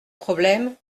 problème